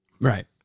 Right